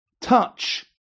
touch